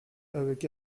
avec